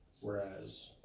whereas